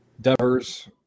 Devers